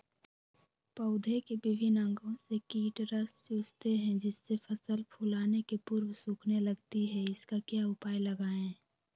पौधे के विभिन्न अंगों से कीट रस चूसते हैं जिससे फसल फूल आने के पूर्व सूखने लगती है इसका क्या उपाय लगाएं?